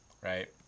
Right